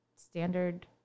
standard